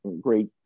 great